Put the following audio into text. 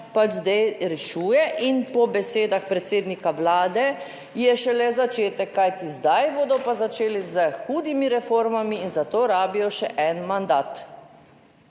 pač zdaj rešuje in po besedah predsednika vlade je šele začetek, kajti zdaj bodo pa začeli s hudimi reformami in za to rabijo še en mandat.